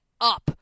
up